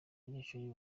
abanyeshuri